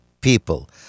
people